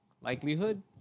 likelihood